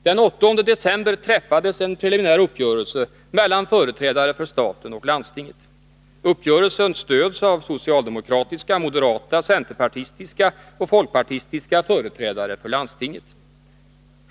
Den 8 december träffades en preliminär uppgörelse mellan företrädare för staten och landstinget. Uppgörelsen stöds av socialdemokratiska, moderata, centerpartistiska och folkpartistiska företrädare för landstinget.